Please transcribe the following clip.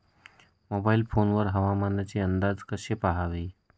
Mobile phone वर हवामानाचे अंदाज कसे पहावे?